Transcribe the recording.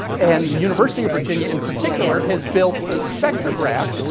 and the university of virginia, in particular, has built a spectrograph,